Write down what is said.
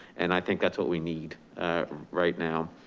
and i think that's what we need right now.